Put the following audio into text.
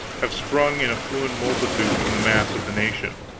have sprung in affluent multitude from the mass of the nation,